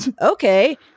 okay